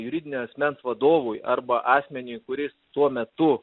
juridinio asmens vadovui arba asmeniui kuris tuo metu